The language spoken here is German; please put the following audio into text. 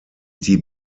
die